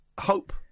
Hope